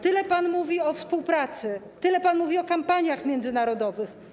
Tyle pan mówi o współpracy, tyle pan mówi o kampaniach międzynarodowych.